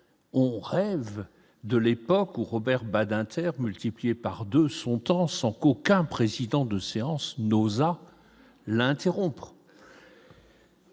on rêve de l'époque pour Robert Badinter, multiplié par 2 son temps sans qu'aucun président de séance l'interrompre.